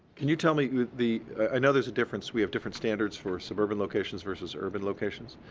can you tell me the i know there's a difference. we have different standards for suburban locations versus urban locations.